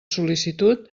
sol·licitud